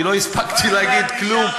כי לא הספקתי להגיד כלום.